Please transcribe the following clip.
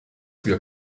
wir